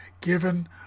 given